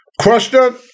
question